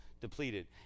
depleted